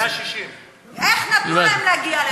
160. איך נתנו להן להגיע לשם?